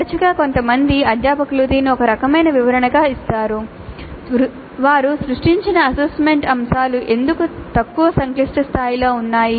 తరచుగా కొంతమంది అధ్యాపకులు దీనిని ఒక రకమైన వివరణగా ఇస్తారు వారు సృష్టించిన అసెస్మెంట్ అంశాలు ఎందుకు తక్కువ సంక్లిష్టత స్థాయిలో ఉన్నాయి